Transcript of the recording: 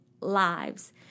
lives